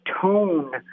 tone